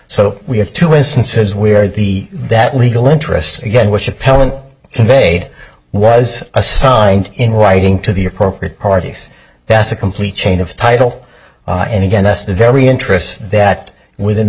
so we have two instances where the that legal interests again which appellant conveyed was assigned in writing to the appropriate parties that's a complete change of title and again that's the very interest that within the